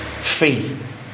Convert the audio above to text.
Faith